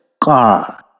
car